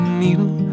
needle